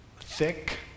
thick